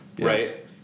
Right